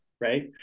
Right